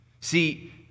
See